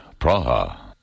Praha